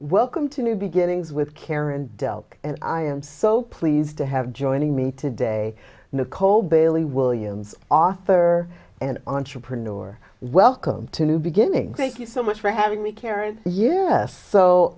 welcome to new beginnings with karen dell and i am so pleased to have joining me today nicole bally williams author and entrepreneur welcome to new beginnings thank you so much for having me carol yes so